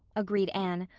agreed anne,